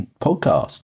podcast